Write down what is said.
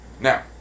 Now